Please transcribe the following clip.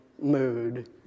mood